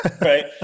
right